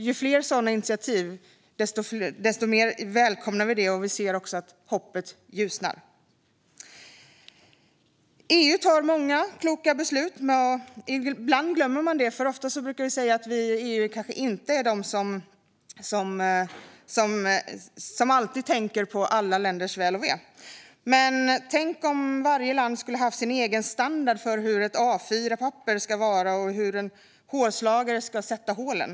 Ju fler sådana initiativ, desto mer välkomnar Kristdemokraterna det. Kristdemokraterna ser också att hoppet ökar. EU tar många kloka beslut, men ibland glömmer man det. Ofta brukar vi säga att EU kanske inte är de som alltid tänker på alla länders väl och ve. Men tänk om varje land skulle ha sin egen standard för hur ett A4-papper ska vara eller hur en hålslagare ska sätta hålen.